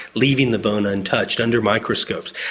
leaving the bone untouched, under microscopes.